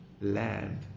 land